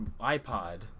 iPod